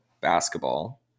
basketball